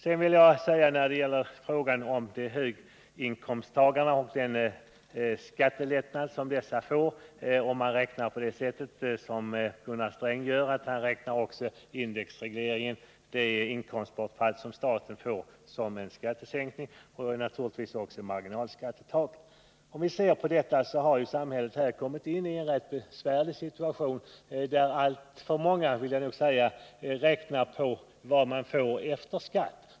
När Gunnar Sträng sade att höginkomsttagarna får skattelättnader räknade han indexregleringen — det inkomstbortfall som staten får — som en skattesänkning och naturligtvis också marginalskattetaket. Samhället har råkat ini en besvärlig situation, där alltför många räknar på vad de får ut efter skatt.